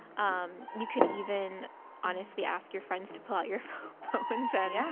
um you can even honestly ask your friends to pull out your phones and. yeah.